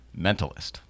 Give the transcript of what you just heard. mentalist